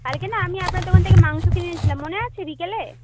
কালকে না আমি আপনার দোকান থেকে মাংস কিনে এনেছিলাম মনে আছে বিকেলে